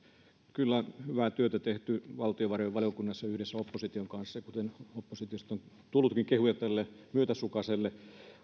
kyllä hyvää työtä on tehty valtiovarainvaliokunnassa yhdessä opposition kanssa kuten oppositiosta on tullutkin kehuja tälle myötäsukaiselle